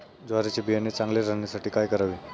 ज्वारीचे बियाणे चांगले राहण्यासाठी काय करावे?